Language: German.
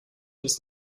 das